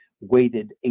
weighted